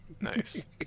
Nice